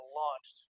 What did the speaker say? launched